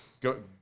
Go